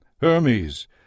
Hermes